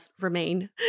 remain